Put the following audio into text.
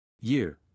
Year